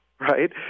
right